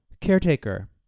caretaker